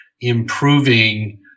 improving